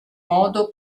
modo